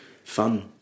fun